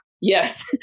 Yes